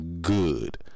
good